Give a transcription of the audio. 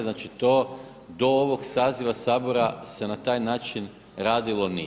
Znači to do ovog saziva Sabora, se na taj način radilo nije.